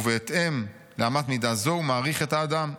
ובהתאם לאמת מידה זו הוא מעריך את האדם.